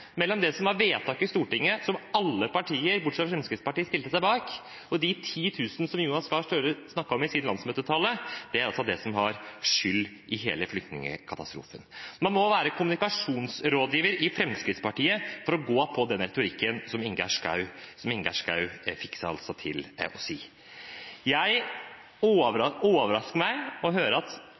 mellom det som var vedtaket i Stortinget, som alle partier – bortsett fra Fremskrittspartiet – stilte seg bak, og de 10 000 som Jonas Gahr Støre snakket om i sin landsmøtetale, er det som har skylden for hele flyktningekatastrofen. Man må være kommunikasjonsrådgiver i Fremskrittspartiet for å gå på den retorikken som Ingjerd Schou fikk seg til å bruke. Det overrasker meg å høre at